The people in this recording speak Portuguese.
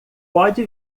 pode